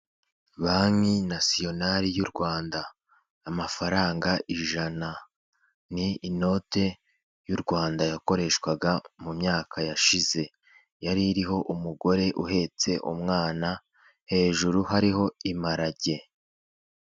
Banki nasiyonare y'urwanda amafaranga ijana ni inote y'urwanda yakoreshwaga mu myaka yashize, yari iriho umugore uhetse umwana hejuru hariho imparage.